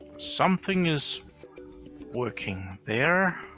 something is working there.